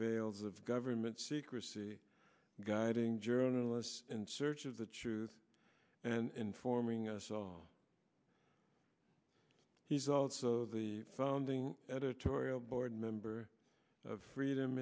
veils of government secrecy guiding journalists in search of the truth and informing us all he's also the founding editorial board member of freedom